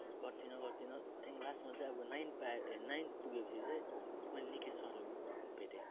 गर्थिनँ गर्थिनँ त्याँदेखिन् लास्टमा चाहिँ अब नाइन पाएँ नाइन पुगेपछि चाहिँ मैले निकेस सरलाई भेटेँ